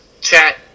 chat